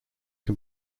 can